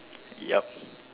yup